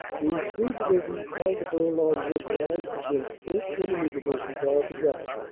these three divisions held the bourlon wood line against eight enemy divisions altogether,